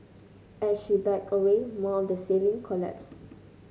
as she backed away more of the ceiling collapsed